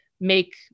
make